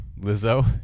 Lizzo